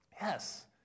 Yes